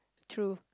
true